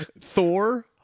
thor